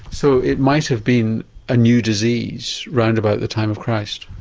so it might have been a new disease round about the time of christ?